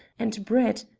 and brett,